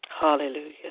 Hallelujah